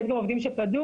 יש גם עובדים שפדו,